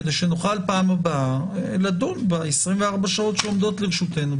כדי שנוכל פעם הבאה לדון ב-24 שעות שעומדות לרשותנו,